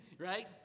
Right